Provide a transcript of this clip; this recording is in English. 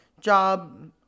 job